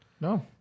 No